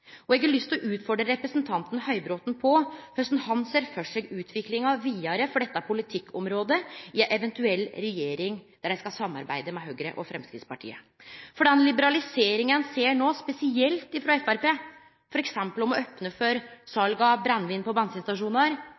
Eg har lyst til å utfordre representanten Høybråten på korleis han ser for seg utviklinga vidare for dette politikkområdet – i ei eventuell regjering der dei skal samarbeide med Høgre og Framstegspartiet. Den liberaliseringa ein ser no, spesielt frå Framstegspartiet, f.eks. å opne for sal av brennevin på bensinstasjonar,